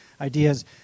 ideas